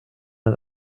den